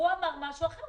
אמר משהו אחר.